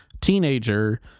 teenager